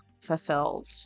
fulfilled